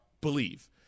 believe